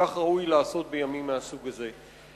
וכך ראוי לעשות בימים מהסוג הזה.